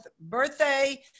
birthday